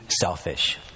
selfish